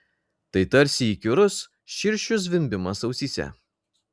tai tarsi įkyrus širšių zvimbimas ausyse